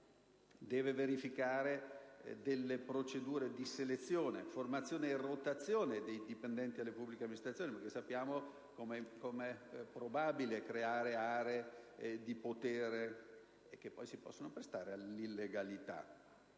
deve verificare delle procedure di selezione, formazione e rotazione dei dipendenti delle pubbliche amministrazioni (perché sappiamo come sia probabile creare aree di potere che poi si possono prestare all'illegalità)